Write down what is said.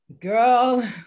girl